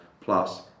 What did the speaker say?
plus